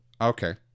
Okay